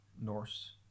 Norse